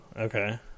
Okay